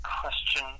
question